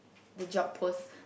the job post